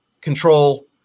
control